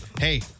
hey